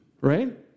right